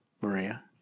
Maria